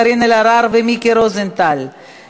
קארין אלהרר ומיקי רוזנטל,